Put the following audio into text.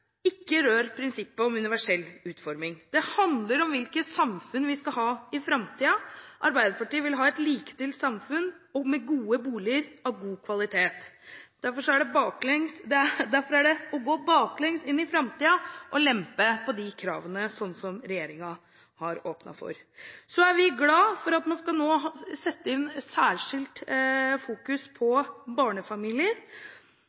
Ikke rør prinsippet om universell utforming. Det handler om hvilket samfunn vi skal ha i framtiden. Arbeiderpartiet vil ha et likestilt samfunn, med gode boliger av god kvalitet. Derfor er det å gå baklengs inn i framtiden å lempe på disse kravene, slik regjeringen har åpnet for. Vi er glade for at man nå skal fokusere særskilt på barnefamilier. Bolig og bomiljø har innvirkning på velferden til barn her og nå,